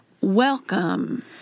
Welcome